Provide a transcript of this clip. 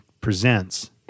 Presents